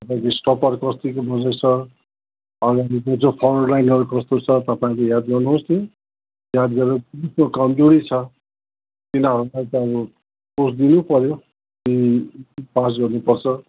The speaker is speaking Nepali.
तपाईँको स्टप्पर कतिको मजबुत छ अगाडिको जो फरवर्ड लाइनहरू कस्तो छ तपाईँले याद गर्नुहोस् त्यो याद गरेर को कमजोरी छ तिनीहरूलाई त अब कोच दिनै पऱ्यो कि पास गर्नुपर्छ